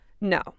No